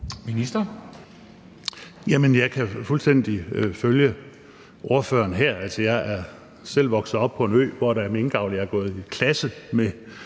jeg kan fuldstændig følge ordføreren her. Altså, jeg er selv vokset op på en ø, hvor der er minkavl. Jeg